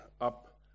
up